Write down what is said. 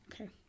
Okay